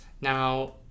Now